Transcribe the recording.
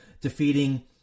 defeating